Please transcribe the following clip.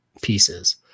pieces